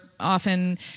Often